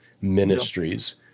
ministries